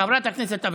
חברת הכנסת אבקסיס,